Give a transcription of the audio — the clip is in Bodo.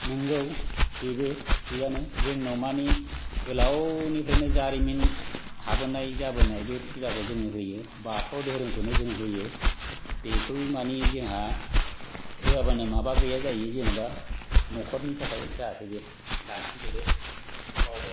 नोंगौ बेबो थिगानो जोंनाव माने गोलावनिफ्रायनो थाबोनाय जाबोनाय बे फुजाखौ जों होयो बाथौ दोहोरोमखौनो जों होयो बेखौ माने जोंहा होआबानो माबा गैया जायो जेनेबा न'खरनि थाखाय